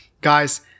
Guys